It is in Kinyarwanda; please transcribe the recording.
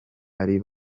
bari